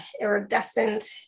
iridescent